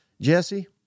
jesse